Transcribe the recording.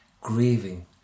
grieving